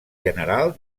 general